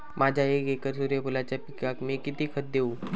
माझ्या एक एकर सूर्यफुलाच्या पिकाक मी किती खत देवू?